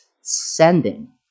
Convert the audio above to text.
sending